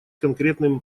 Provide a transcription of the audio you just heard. конкретным